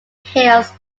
hills